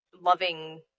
loving